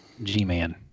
G-Man